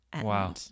Wow